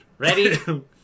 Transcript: Ready